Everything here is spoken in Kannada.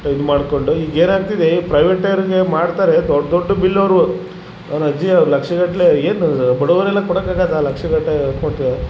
ಇದು ಮಾಡಿಕೊಂಡು ಈಗೇನಾಗ್ತಿದೆ ಪ್ರೈವಟೆರಿಗೆ ಮಾಡ್ತಾರೆ ದೊಡ್ಡ ದೊಡ್ಡ ಬಿಲ್ ಅವ್ರೊವು ಅವ್ನಜ್ಜಿ ಅವು ಲಕ್ಷ ಗಟ್ಟಲೆ ಏನು ಬಡವರೆಲ್ಲ ಕೊಡೋಕಾಗದ ಲಕ್ಷ ಗಟ್ಲೆ ಕೊಟ್ಟು